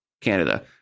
canada